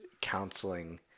counseling